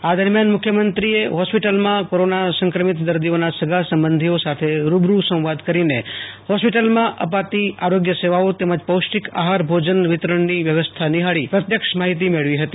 આ દરમિયાન મુખ્યમંત્રીએ હોસ્પિટલમાં કોરોના સંક્રમિત દર્દીઓના સગા સંબંધીઓ સાથે રૂબરૂ સંવાદ કરીને હોસ્પિટલમાં અપાતી આરોગ્ય સેવાઓ તેમજ પૌષ્ટિક આહાર ભોજન વિતરણની વ્યવસ્થા નિફાળી પ્રત્યક્ષ માહિતી મેળવી હતી